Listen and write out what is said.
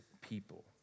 people